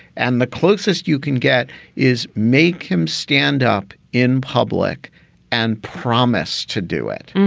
and the closest you can get is make him stand up in public and promise to do it.